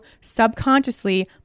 subconsciously